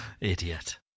Idiot